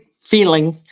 feeling